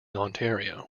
ontario